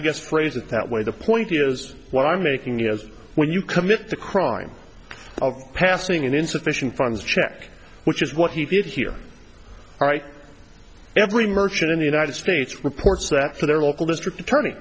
guess phrased it that way the point here is what i'm making is when you commit the crime of passing an insufficient funds check which is what he did here right every merchant in the united states reports that for their local district attorney